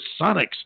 Sonics